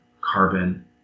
carbon